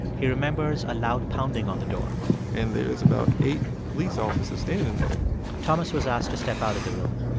he remembers a loud pounding on the door and there was about eight police officers standing there thomas was asked to step out of the room.